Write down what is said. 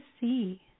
see